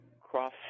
cross